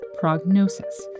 Prognosis